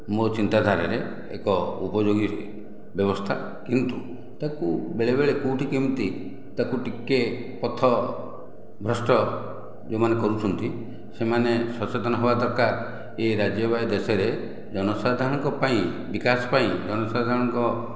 ମୋ ଚିନ୍ତା ଧାରାରେ ଏକ ଉପଯୋଗୀ ବ୍ୟବସ୍ଥା କିନ୍ତୁ ତାକୁ ବେଳେ ବେଳେ କେଉଁଠି କେମିତି ତାକୁ ଟିକେ ପଥ ଭ୍ରଷ୍ଟ ଯେଉଁମାନେ କରୁଛନ୍ତି ସେମାନେ ସଚେତନ ହେବା ଦରକାର ଏ ରାଜ୍ୟବାହୀ ଦେଶରେ ଜନ ସାଧାରଣଙ୍କ ପାଇଁ ବିକାଶ ପାଇଁ ଜଣସାଧାରଣଙ୍କ